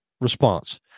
response